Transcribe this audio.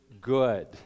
good